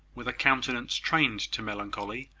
with a countenance trained to melancholy,